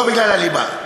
לא בגלל הליבה.